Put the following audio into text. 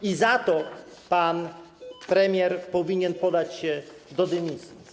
I za to pan premier powinien podać się do dymisji.